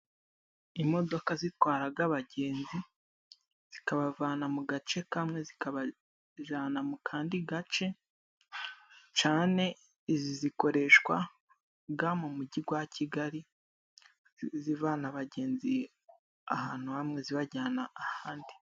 Imodoka zitwara abagenzi, zikabavana mu gace kamwe zikabajyana mu kandi gace, cyane izi zikoreshwa mu mujyi wa Kigali, zivana abagenzi ahantu hamwe, zibajyana ahandi.